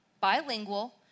bilingual